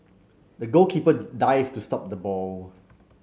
the goalkeeper dived to stop the ball